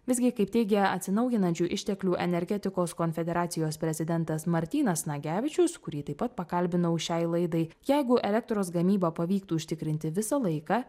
visgi kaip teigia atsinaujinančių išteklių energetikos konfederacijos prezidentas martynas nagevičius kurį taip pat pakalbinau šiai laidai jeigu elektros gamybą pavyktų užtikrinti visą laiką